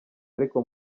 ariko